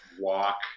walk